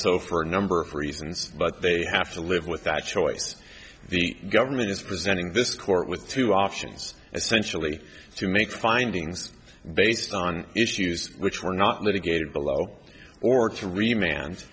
so for a number of reasons but they have to live with that choice the government is presenting this court with two options essentially to make findings based on issues which were not litigated below or t